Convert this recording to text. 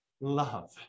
love